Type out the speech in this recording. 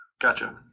Gotcha